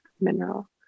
mineral